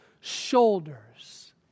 shoulders